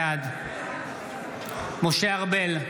בעד משה ארבל,